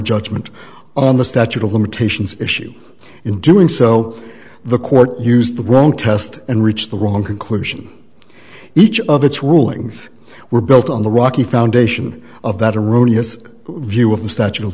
judgment on the statute of limitations issue in doing so the court used the word test and reached the wrong conclusion each of its rulings were built on the rocky foundation of that erroneous view of the statute of